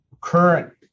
current